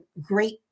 great